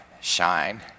shine